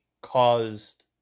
caused